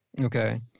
Okay